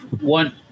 one